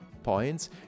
Points